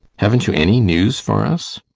haven't you any news for us?